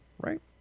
right